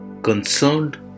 concerned